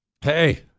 hey